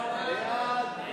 סעיף 2